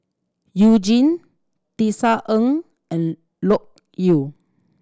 You Jin Tisa Ng and Loke Yew